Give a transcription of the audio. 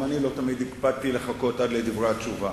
גם אני לא תמיד הקפדתי לחכות עד לדברי התשובה.